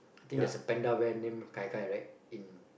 I think there's a panda bear named Kai-Kai right in